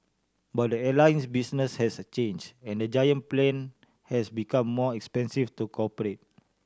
but the airline his business has a change and the giant plane has become more expensive to cooperate